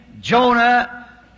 Jonah